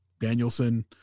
Danielson